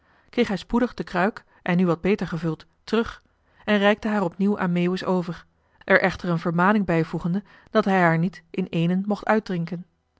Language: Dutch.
kreeg hij spoedig de kruik en nu wat beter gevuld terug en reikte haar opnieuw aan meeuwis over er echter een vermaning bij voegende dat hij haar niet in éénen mocht uitdrinken